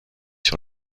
sur